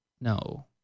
No